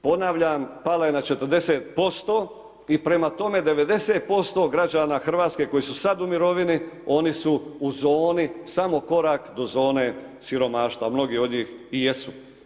Ponavljam, pala je na 40% i prema tome, 90% građana RH koji su sada u mirovini, oni su u zoni, samo korak do zone siromaštva, a mnogi od njih i jesu.